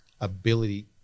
ability